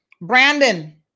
Brandon